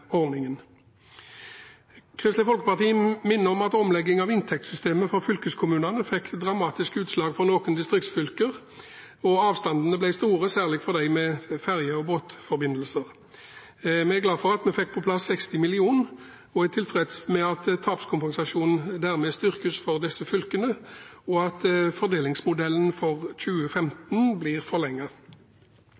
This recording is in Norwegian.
ordningen. Kristelig Folkeparti minner om at omleggingen av inntektssystemet for fylkeskommunene fikk dramatiske utslag for noen distriktsfylker, og avstandene ble store, særlig for dem med ferje- og båtforbindelse. Vi er glad for at vi fikk på plass 60 mill. kr, og er tilfreds med at tapskompensasjonen dermed styrkes for disse fylkene, og at fordelingsmodellen for 2015 blir forlenget. Kristelig Folkeparti er glad for